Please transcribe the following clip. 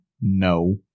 No